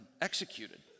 executed